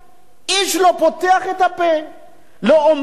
לא אומרים דבר וחצי דבר על אותם אנשים,